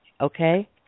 Okay